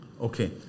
Okay